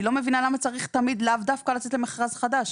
אני לא מבינה למה צריך תמיד לאו דווקא לצאת למכרז חדש.